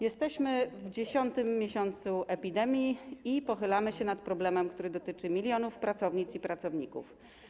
Jesteśmy w 10. miesiącu epidemii i pochylamy się nad problemem, który dotyczy milionów pracownic i pracowników.